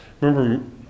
Remember